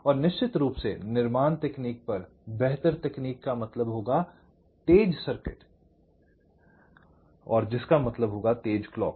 और निश्चित रूप से निर्माण तकनीक पर बेहतर तकनीक का मतलब होगा तेज सर्किट जिसका मतलब होगा तेज क्लॉक